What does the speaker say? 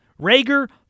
Rager